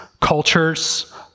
cultures